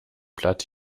blatt